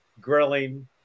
grilling